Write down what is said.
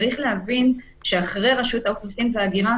צריך להבין שאחרי רשות האוכלוסין וההגירה